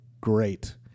great